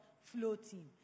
floating